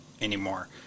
anymore